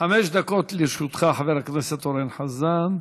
חמש דקות לרשותך, חבר הכנסת אורן חזן.